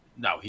No